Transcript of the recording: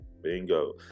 Bingo